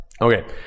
Okay